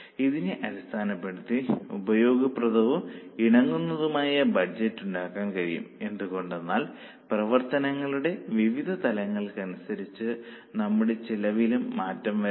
ഇതിനെ അടിസ്ഥാനപ്പെടുത്തി ഉപയോഗപ്രദവും ഇണങ്ങുന്നതും ആയ ബഡ്ജറ്റ് ഉണ്ടാക്കാൻ കഴിയും എന്തുകൊണ്ടെന്നാൽ പ്രവർത്തനങ്ങളുടെ വിവിധ തലങ്ങൾക്കനുസരിച്ച് നമ്മുടെ ചെലവിലും മാറ്റം വരാം